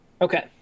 okay